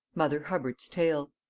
mother hubbard's tale.